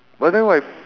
but then what if